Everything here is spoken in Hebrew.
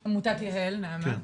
תודה.